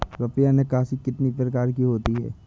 रुपया निकासी कितनी प्रकार की होती है?